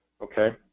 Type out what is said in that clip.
Okay